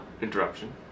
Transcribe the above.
interruption